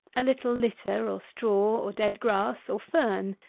a little litter, or straw, or dead grass, or fern,